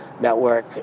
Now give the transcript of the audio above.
Network